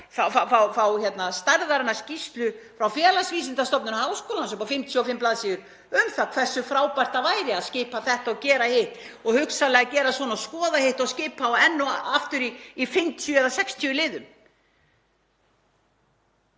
fá stærðarinnar skýrslu frá Félagsvísindastofnun HÍ upp á 55 blaðsíður um það hversu frábært það væri að skipa þetta og gera hitt og hugsanlega gera svona og skoða hitt og skipa og enn og aftur í 50 eða 60 liðum.